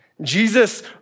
Jesus